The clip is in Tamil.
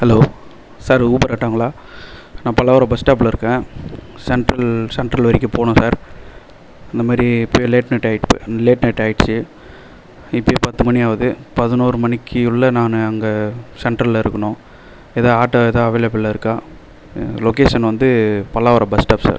ஹலோ சார் ஊபர் ஆட்டோங்களா நான் பல்லாவரம் பஸ் ஸ்டாப்பில இருக்கேன் சென்ட்ரல் சென்ட்ரல் வரிக்கும் போகணும் சார் இந்த மாரி இப்பே லேட் நைட் லேட் நைட் ஆயிட்சி இப்போயே பத்து மணி ஆகுது பதினோரு மணிக்கிகுள்ளே நான் அங்கே சென்ட்ரலில் இருக்கணும் எதா ஆட்டோ எதா அவைலபில்லாக இருக்கா லொக்கேஷன் வந்து பல்லாவரம் பஸ் ஸ்டாப் சார்